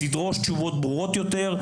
תדרוש תשובות ברורות יותר,